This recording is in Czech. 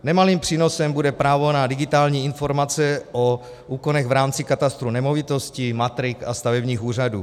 Nemalým přínosem bude právo na digitální informace o úkonech v rámci katastru nemovitostí, matrik a stavebních úřadů.